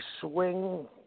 swing